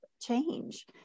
change